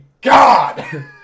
God